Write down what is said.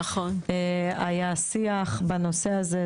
היה שיח בנושא הזה,